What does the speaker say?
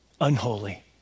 unholy